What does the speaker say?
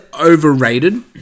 overrated